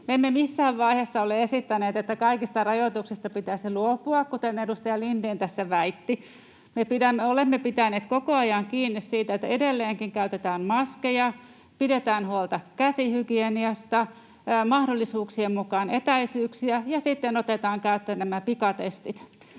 emme missään vaiheessa ole esittäneet, että kaikista rajoituksista pitäisi luopua, kuten edustaja Lindén tässä väitti. Me olemme pitäneet koko ajan kiinni siitä, että edelleenkin käytetään maskeja, pidetään huolta käsihygieniasta ja mahdollisuuksien mukaan etäisyyksiä ja sitten otetaan käyttöön nämä pikatestit.